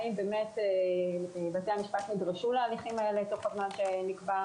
האם בתי המשפט נדרשו להליכים האלה תוך הזמן שנקבע,